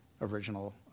original